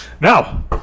Now